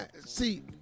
See